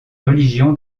religion